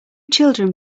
children